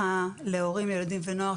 לא יתוקצבו על ידי המדינה בצורה כזאת או אחרת.